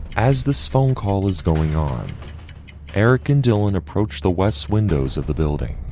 as this phone call is going on eric and dylan approached the west windows of the building